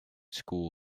school